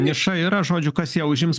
niša yra žodžiu kas ją užims